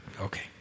okay